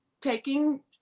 taking